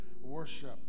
worship